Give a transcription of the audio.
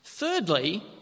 Thirdly